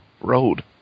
Road